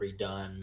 redone